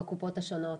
בקופות השונות,